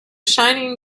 shining